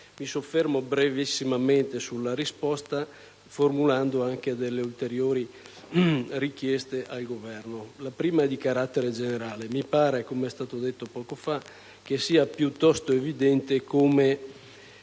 Mi soffermo brevissimamente sulla risposta, formulando anche ulteriori richieste al Governo. La prima è di carattere generale. Mi pare ‑ come è stato detto poco fa ‑ che sia piuttosto evidente come